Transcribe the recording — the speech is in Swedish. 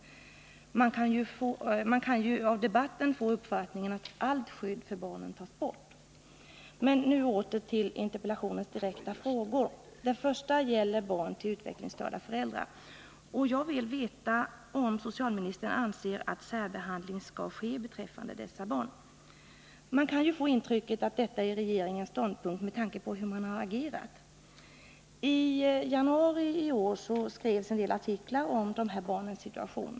Man kan ju av debatten få den uppfattningen att allt skydd för barnen skall tas bort. Men nu åter till interpellationens direkta frågor. Den första gäller barn till utvecklingsstörda föräldrar. Jag vill veta om socialministern anser att särbehandling skall ske av dessa barn. Man kan ju få intrycket att detta är regeringens ståndpunkt, med tanke på hur man agerat. I januari skrevs en del artiklar om dessa barns situation.